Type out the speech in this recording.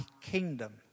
kingdom